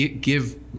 give